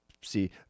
see